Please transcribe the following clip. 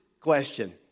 question